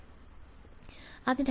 വിദ്യാർത്ഥി k r